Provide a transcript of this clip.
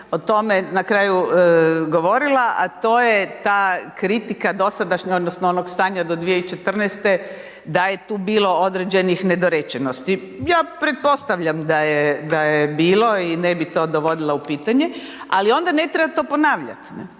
o tome na kraju govorila, a to je ta kritika dosadašnja, odnosno onog stanja do 2014. da je tu bilo određenih nedorečenosti. Ja pretpostavljam da je bilo i ne bi to dovodila u pitanje, ali onda ne treba to ponavljati.